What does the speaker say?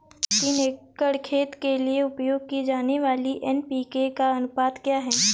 तीन एकड़ खेत के लिए उपयोग की जाने वाली एन.पी.के का अनुपात क्या है?